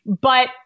But-